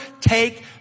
take